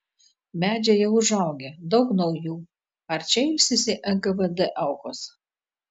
medžiai jau užaugę daug naujų ar čia ilsisi nkvd aukos